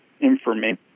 information